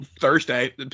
Thursday